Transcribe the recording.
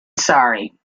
sorry